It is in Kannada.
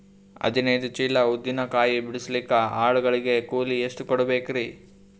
ಹದಿನೈದು ಚೀಲ ಉದ್ದಿನ ಕಾಯಿ ಬಿಡಸಲಿಕ ಆಳು ಗಳಿಗೆ ಕೂಲಿ ಎಷ್ಟು ಕೂಡಬೆಕರೀ?